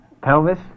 pelvis